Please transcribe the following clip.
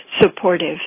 supportive